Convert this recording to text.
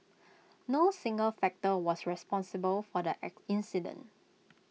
no single factor was responsible for the